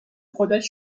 خودش